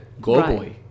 globally